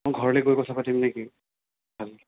মই ঘৰলৈ গৈ কথা পাতিম নে কি